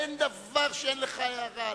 אין דבר שאין לך הערה עליו.